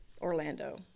Orlando